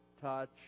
touch